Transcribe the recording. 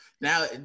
now